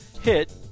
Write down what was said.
hit